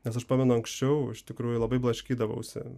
nes aš pamenu anksčiau iš tikrųjų labai blaškydavausi